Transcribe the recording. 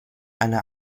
eine